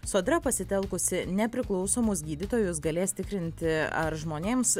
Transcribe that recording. sodra pasitelkusi nepriklausomus gydytojus galės tikrinti ar žmonėms